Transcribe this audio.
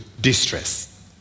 distress